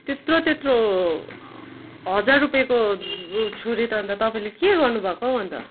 त्यत्रो त्यत्रो हजार रुपियाँको छुरी त अन्त तपाईँले के गर्नुभएको हौ अन्त